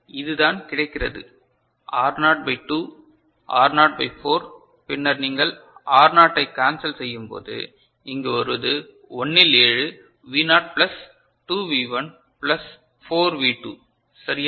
இதுதான் கிடைக்கிறது R0 by 2 R0 by 4 பின்னர் நீங்கள் R0 ஐ கான்செல் செய்யும்போது இங்கு வருவது 1 இல் 7 V0 plus 2 V1 plus 4 V2 சரியா